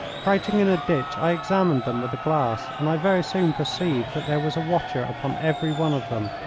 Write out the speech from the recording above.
crouching in a ditch i examined them with a glass, and i very soon perceived that there was a watcher upon every one of them,